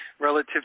relative